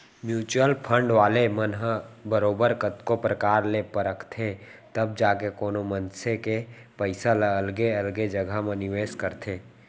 mutual fund वाले मन ह बरोबर कतको परकार ले परखथें तब जाके कोनो मनसे के पइसा ल अलगे अलगे जघा म निवेस करथे